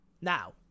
Now